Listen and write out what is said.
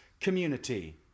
community